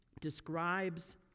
describes